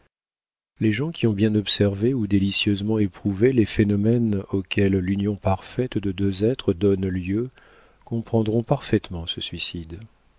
les gens qui ont bien observé ou délicieusement éprouvé les phénomènes auxquels l'union parfaite de deux êtres donne lieu comprendront parfaitement ce suicide